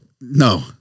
No